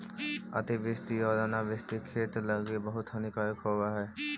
अतिवृष्टि आउ अनावृष्टि खेती लागी बहुत हानिकारक होब हई